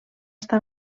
està